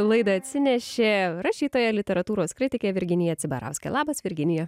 į laidą atsinešė rašytoja literatūros kritikė virginija cibarauskė labas virginija